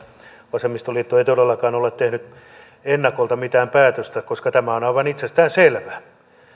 vasemmistoliitto ei todellakaan ole tehnyt ennakolta mitään päätöstä koska tämä on aivan itsestäänselvää